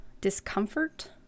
discomfort